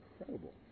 incredible